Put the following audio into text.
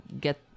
get